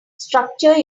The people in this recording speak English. structure